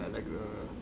like a